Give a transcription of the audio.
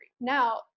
Now